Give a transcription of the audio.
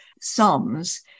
sums